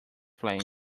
plane